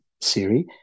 Siri